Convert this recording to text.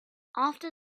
after